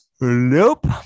Nope